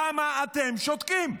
למה אתם שותקים?